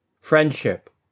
friendship